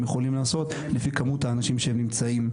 יכולים לעשות לפי כמות האנשים שנמצאים.